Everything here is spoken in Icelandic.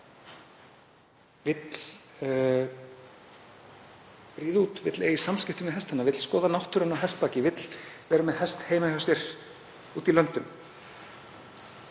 vill ríða út, vill eiga í samskiptum við hestana, vill skoða náttúruna á hestbaki, vill vera með hest heima hjá sér úti í löndum.